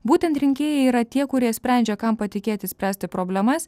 būtent rinkėjai yra tie kurie sprendžia kam patikėti spręsti problemas